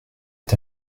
est